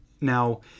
Now